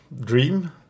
dream